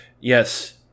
Yes